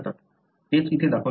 तेच इथे दाखवले आहे